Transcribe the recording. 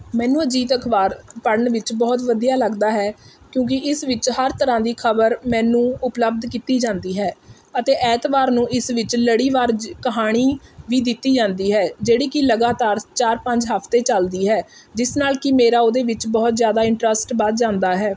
ਮੈਨੂੰ ਅਜੀਤ ਅਖਬਾਰ ਪੜ੍ਹਨ ਵਿੱਚ ਬਹੁਤ ਵਧੀਆ ਲੱਗਦਾ ਹੈ ਕਿਉਂਕਿ ਇਸ ਵਿੱਚ ਹਰ ਤਰ੍ਹਾਂ ਦੀ ਖਬਰ ਮੈਨੂੰ ਉਪਲਬਧ ਕੀਤੀ ਜਾਂਦੀ ਹੈ ਅਤੇ ਐਤਵਾਰ ਨੂੰ ਇਸ ਵਿੱਚ ਲੜੀਵਾਰ ਜ ਕਹਾਣੀ ਵੀ ਦਿੱਤੀ ਜਾਂਦੀ ਹੈ ਜਿਹੜੀ ਕਿ ਲਗਾਤਾਰ ਚਾਰ ਪੰਜ ਹਫਤੇ ਚਲਦੀ ਹੈ ਜਿਸ ਨਾਲ਼ ਕਿ ਮੇਰਾ ਉਹਦੇ ਵਿੱਚ ਬਹੁਤ ਜ਼ਿਆਦਾ ਇੰਟਰਸਟ ਵੱਧ ਜਾਂਦਾ ਹੈ